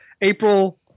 April